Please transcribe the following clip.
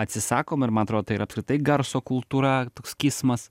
atsisakoma ir man atrodo tai yra apskritai garso kultūra kismas